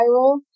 viral